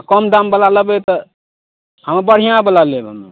कम दाम बला लेबै तऽ हँ बढ़िआँ बला लेब हमे